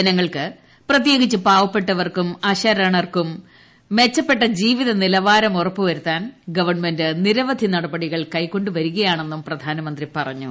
ജനങ്ങൾക്ക് പ്രത്യേകിച്ച് പാവപ്പെട്ടവർക്കും അശരണർക്കും മെച്ചപ്പെട്ട ജീവിത നിലവാരം ഉറപ്പ് വരുത്താൻ ഗവൺമെന്റ് നിരവധി നടപടികൾ കൈക്കൊണ്ടുവരികയാണെന്നും പ്രധാനമന്ത്രി പറഞ്ഞു